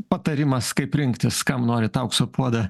patarimas kaip rinktis kam norit aukso puodą